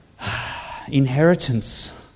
inheritance